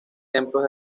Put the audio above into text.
templos